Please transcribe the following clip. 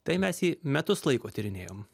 tai mes jį metus laiko tyrinėjom